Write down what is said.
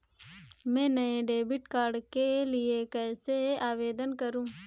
मैं नए debit card के लिए कैसे आवेदन करूं?